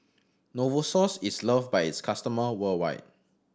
Novosource is loved by its customer worldwide